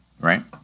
right